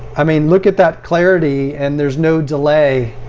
i mean look at that clarity and there's no delay.